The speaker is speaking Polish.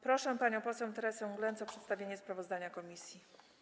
Proszę panią poseł Teresę Glenc o przedstawienie sprawozdania komisji.